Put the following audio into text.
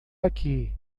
aqui